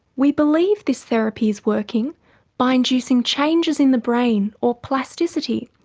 we believe this therapy is working by inducing changes in the brain or plasticity,